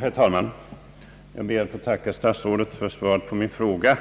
Herr talman! Jag ber att få tacka statsrådet Edenman för svaret på min fråga.